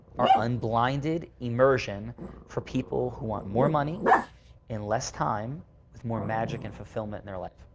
our unblinded immersion for people who want more money in less time with more magic and fulfillment in their life.